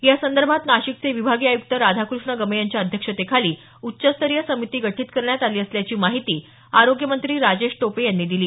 या संदभोत नाशिकचे विभागीय आयुक्त राधाकृष्ण गमे यांच्या अध्यक्षतेखाली उच्चस्तरीय समिती गठीत करण्यात आली असल्याची माहिती आरोग्य मंत्री राजेश टोपे यांनी दिली